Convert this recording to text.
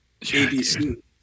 ABC